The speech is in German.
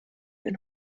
denn